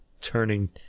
turning